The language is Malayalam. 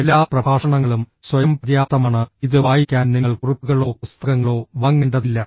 എല്ലാ പ്രഭാഷണങ്ങളും സ്വയംപര്യാപ്തമാണ് ഇത് വായിക്കാൻ നിങ്ങൾ കുറിപ്പുകളോ പുസ്തകങ്ങളോ വാങ്ങേണ്ടതില്ല